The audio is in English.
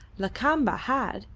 lakamba had,